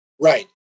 Right